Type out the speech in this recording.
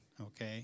okay